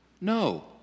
No